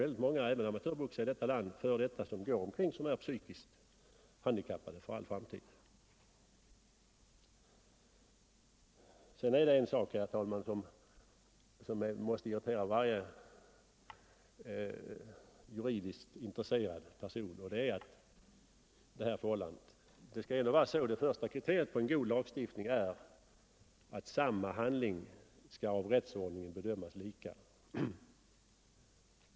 Det finns många f. d. amatörboxare här i landet som genom sin sport har blivit handikappade för all framtid. En sak, herr talman, måste irritera varje juridiskt intresserad person, och det är att lagreglerna inte stämmer med det första kriteriet på en god lagstiftning, nämligen att samma handling skall bedömas lika i rättsordningen.